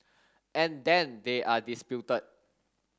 and then they are disputed